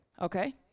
Okay